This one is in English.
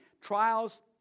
trials